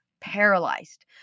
paralyzed